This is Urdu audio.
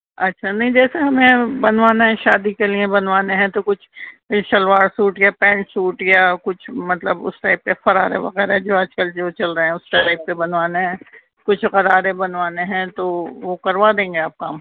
اچھا نہیں جیسے ہمیں بنوانا ہے شادی کے لیے بنوانے ہیں تو کچھ شلوار سوٹ یا پینٹ سوٹ یا کچھ مطلب اس ٹائپ پہ فرارے وغیرہ جو آج کل جو چل رہے ہیں اس ٹائپ پہ بنوانے ہیں کچھ غرارے بنوانے ہیں تو وہ کروا دیں گے آپ کام